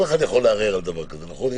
כל אחד יכול לערער על דבר כזה, נכון?